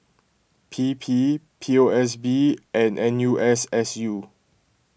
P P P O S B and N U S S U